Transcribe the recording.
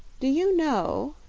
do you know,